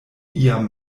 iam